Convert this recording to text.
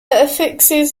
affixes